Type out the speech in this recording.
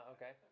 Okay